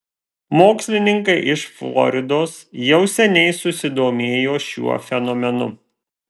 mokslininkai iš floridos jau seniai susidomėjo šiuo fenomenu